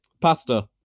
pasta